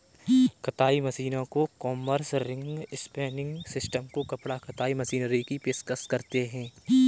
कताई मशीनों को कॉम्बर्स, रिंग स्पिनिंग सिस्टम को कपड़ा कताई मशीनरी की पेशकश करते हैं